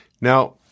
Now